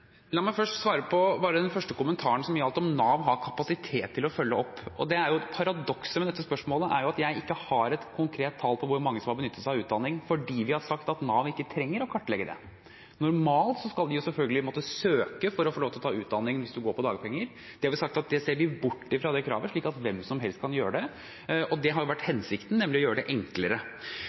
La meg først bare svare på den første kommentaren, som gjaldt om Nav har kapasitet til å følge opp. Paradokset ved dette spørsmålet er at jeg ikke har et konkret tall på hvor mange som har benyttet seg av utdanning, fordi vi har sagt at Nav ikke trenger å kartlegge det. Normalt skal man selvfølgelig måtte søke for å få lov til å ta utdanning hvis man går på dagpenger. Der har vi sagt at vi ser bort fra det kravet, slik at hvem som helst kan gjøre det, og det har jo vært hensikten, nemlig å gjøre det enklere.